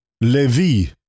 Levi